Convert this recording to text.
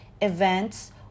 Events